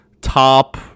top